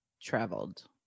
traveled